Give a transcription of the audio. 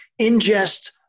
ingest